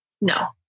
no